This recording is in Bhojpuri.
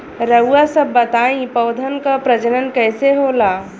रउआ सभ बताई पौधन क प्रजनन कईसे होला?